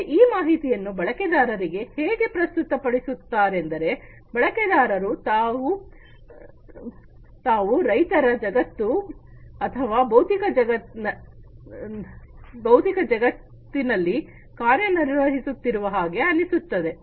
ಮತ್ತೆ ಈ ಮಾಹಿತಿಯನ್ನು ಬಳಕೆದಾರರಿಗೆ ಹೇಗೆ ಪ್ರಸ್ತುತ ಪಡಿಸುತ್ತಾರೆಂದರೆ ಬಳಕೆದಾರರು ತಾವು ನೈಜ ಜಗತ್ತು ಅಥವಾ ಭೌತಿಕ ಜಗತ್ತಿನಲ್ಲಿ ಕಾರ್ಯನಿರ್ವಹಿಸುತ್ತಿರುವ ಹಾಗೆ ಅನಿಸುತ್ತದೆ